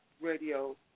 radio